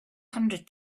hundred